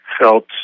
felt